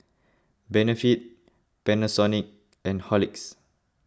Benefit Panasonic and Horlicks